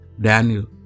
Daniel